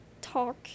talk